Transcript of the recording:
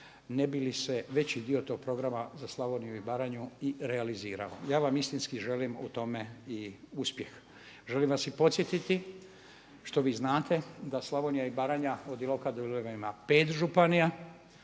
ne bi li se veći dio tog programa za Slavoniju i Baranju i realizirao. Ja vam istinski želim u tome i uspjeh. Želim vas i podsjetiti što vi znate da Slavonija i Baranja od Iloka do …/Govornik se ne